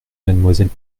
mademoiselle